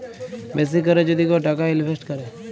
বেশি ক্যরে যদি কেউ টাকা ইলভেস্ট ক্যরে